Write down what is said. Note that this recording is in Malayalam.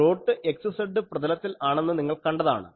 സ്ലോട്ട് x z പ്രതലത്തിൽ ആണെന്ന് നിങ്ങൾ കണ്ടതാണ്